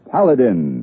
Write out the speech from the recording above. Paladin